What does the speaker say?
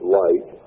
light